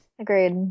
Agreed